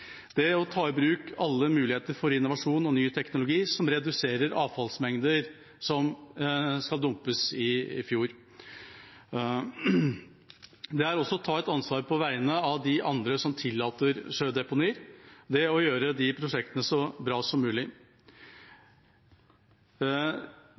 er å ta i bruk alle muligheter for innovasjon og ny teknologi som reduserer avfallsmengder som skal dumpes i fjord. Det er også å ta et ansvar på vegne av de andre, som tillater sjødeponier, ved å gjøre de prosjektene så bra som